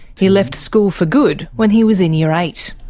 he left school for good when he was in year eight.